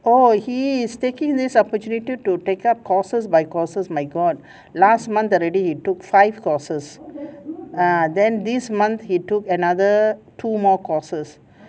oh he is taking this opportunity to take up courses by courses my god last month already he took five courses ah then this month he took another two more courses